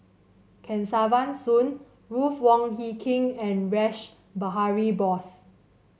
Kesavan Soon Ruth Wong Hie King and Rash Behari Bose